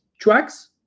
tracks